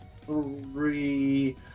three